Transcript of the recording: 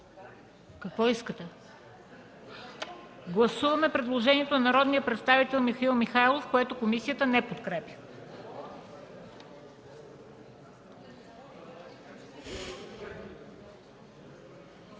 към гласуване. Гласуваме предложението на народния представител Мая Манолова, което комисията не подкрепя.